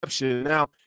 Now